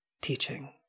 teaching